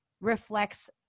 reflects